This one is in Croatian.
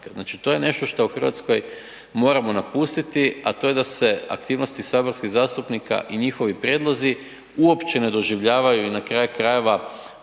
Znači to je nešto što u Hrvatskoj moramo napustiti, a to je da se aktivnosti saborskih zastupnika i njihovi prijedlozi uopće ne doživljavaju na kraju krajeva,